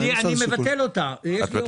אני מבטל אותה.